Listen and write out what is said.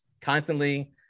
constantly